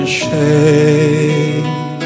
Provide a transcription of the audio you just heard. shame